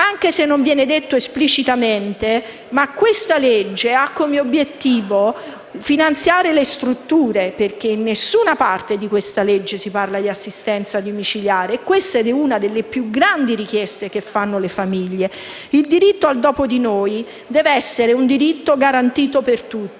Anche se non è detto esplicitamente, questo disegno di legge ha come obiettivo finanziare le strutture, in quanto in nessuna parte di questo provvedimento si parla di assistenza domiciliare. E questa è una delle più grandi richieste che fanno le famiglie. Il diritto al "dopo di noi" deve essere garantito per tutti.